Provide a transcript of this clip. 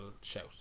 shout